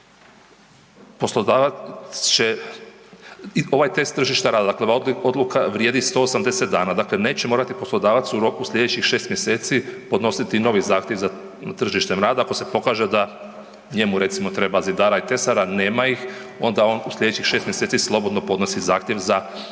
poslodavac će i ovaj test tržišta rada, dakle odluka vrijedi 180 dana, dakle neće morati poslodavac u roku slijedećih 6 mjeseci podnositi novi zahtjev za tržištem rada ako se pokaže da njemu recimo treba zidara i tesara, a nema ih onda on u slijedećih 6 mjeseci slobodno podnosi zahtjev za izdavanjem